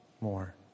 more